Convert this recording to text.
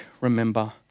remember